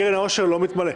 קרן העושר לא מתמלאת.